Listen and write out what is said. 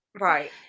right